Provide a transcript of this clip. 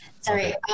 Sorry